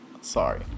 Sorry